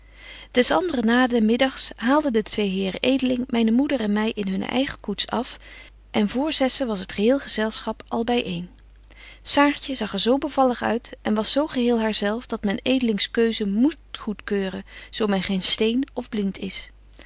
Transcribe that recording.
des anderen nadenmiddags haalden de twee heren edeling myne moeder en my in hun eigen koets af en voor zessen was het geheel gezelschap al by een saartje zag er zo bevallig uit en was zo geheel haar zelf dat men edelings keuze moet goedkeuren zo men geen steen of blint is